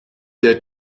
der